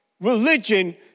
Religion